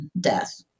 death